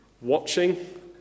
Watching